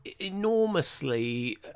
enormously